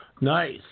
Nice